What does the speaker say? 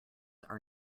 are